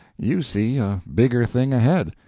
you see a bigger thing ahead,